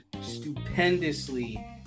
stupendously